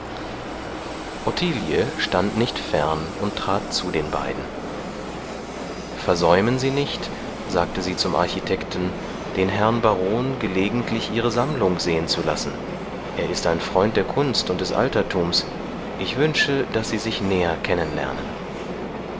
stand nicht fern und trat zu den beiden versäumen sie nicht sagte sie zum architekten den herrn baron gelegentlich ihre sammlung sehen zu lassen er ist ein freund der kunst und des altertums ich wünsche daß sie sich näher kennenlernen